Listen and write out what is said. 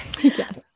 Yes